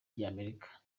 ry’amerika